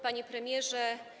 Panie Premierze!